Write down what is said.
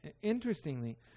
interestingly